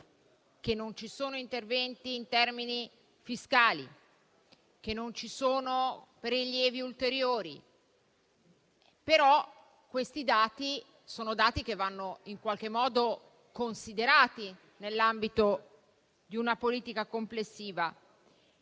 che non ci sono interventi in termini fiscali, che non ci sono prelievi ulteriori, ma questi dati vanno considerati nell'ambito di una politica complessiva.